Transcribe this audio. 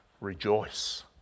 rejoice